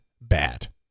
bad